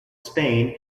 spain